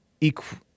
equal